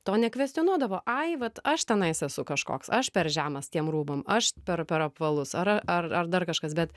to nekvestionuoju davo ai vat aš tenais esu kažkoks aš per žemas tiem rūbam aš per per apvalus ar ar dar kažkas bet